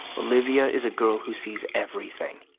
olivia is a girl who sees everything.